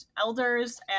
elders